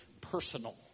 personal